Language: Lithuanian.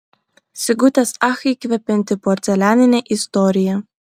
sigutės ach įkvepianti porcelianinė istorija